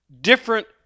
different